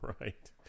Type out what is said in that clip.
Right